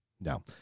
no